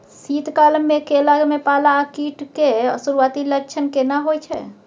शीत काल में केला में पाला आ कीट के सुरूआती लक्षण केना हौय छै?